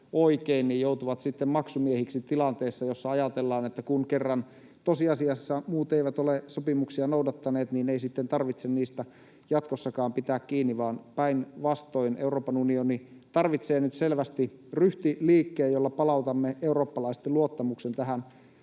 oikein, joutuvat sitten maksumiehiksi tilanteessa, jossa ajatellaan, että kun kerran tosiasiassa muut eivät ole sopimuksia noudattaneet, niin ei sitten tarvitse niistä jatkossakaan pitää kiinni. Päinvastoin, Euroopan unioni tarvitsee nyt selvästi ryhtiliikkeen, jolla palautamme eurooppalaisten luottamuksen tähän meille